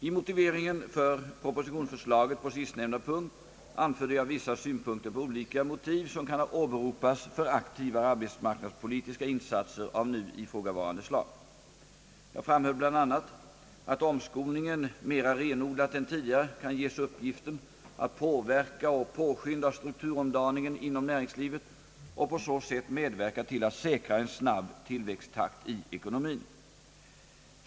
I motiveringen för propositionsförslaget på sistnämnda punkt anförde jag vissa synpunkter på olika motiv som kan åberopas för aktivare arbetsmarknadspolitiska insatser av nu ifrågavarande slag. Jag framhöll bl.a. att omskolningen mera renodlat än tidigare kan ges uppgiften att påverka och påskynda strukturomdaningen inom näringslivet och på så sätt medverka till att säkra en snabb tillväxttakt i ekonomien.